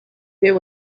there